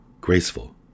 graceful